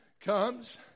comes